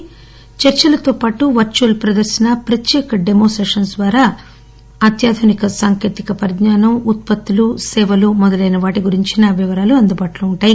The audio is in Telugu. సదస్సులో చర్చలతోపాటు వర్చువల్ ప్రదర్శన ప్రత్యేక డెమో సెషన్స్ ద్వారా అత్యాధునిక సాంకేతిక పరిజ్ఞానం ఉత్పత్తులు సేవలు మొదలైన వాటి గురించి వివరాలు అందుబాటులో ఉంటాయి